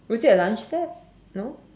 was it a lunch set no